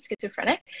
schizophrenic